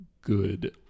good